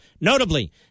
Notably